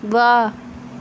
वाह्